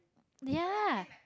ya